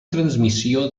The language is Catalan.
transmissió